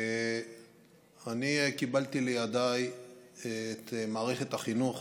אני קיבלתי לידיי את מערכת החינוך